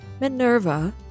Minerva